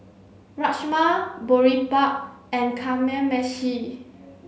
Rajma Boribap and Kamameshi